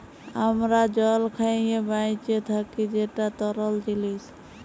আমরা জল খাঁইয়ে বাঁইচে থ্যাকি যেট তরল জিলিস